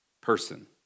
person